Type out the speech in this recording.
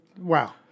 Wow